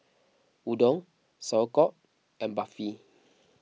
Udon Sauerkraut and Barfi